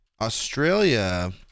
Australia